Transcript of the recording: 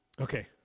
okay